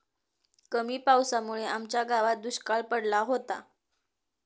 कमी पावसामुळे आमच्या गावात दुष्काळ पडला होता